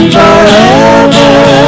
forever